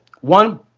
one